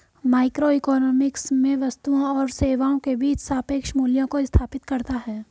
microeconomics में वस्तुओं और सेवाओं के बीच सापेक्ष मूल्यों को स्थापित करता है